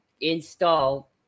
Install